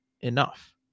enough